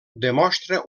demostra